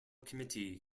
committee